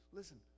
listen